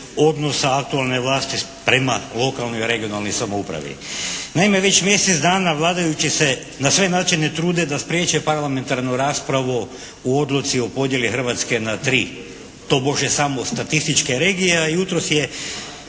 odnosa aktualne vlasti prema lokalnoj i regionalnoj samoupravi. Naime, već mjesec dana vladajući se na sve načine trude da spriječe parlamentarnu raspravu o odluci o podjeli Hrvatske na tri tobože samo statističke regije, a jutros je